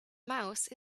mouse